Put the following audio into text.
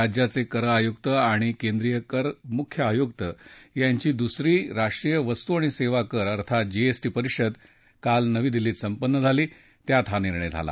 राज्यांचे कर आयुक्त आणि केंद्रीय कर मुख्य आयुक्त यांची दुसरी राष्ट्रीय वस्तू आणि सेवा कर अर्थात जीएसटी परिषद काल नवी दिल्लीत संपन्न झाली त्यात हा निर्णय झाला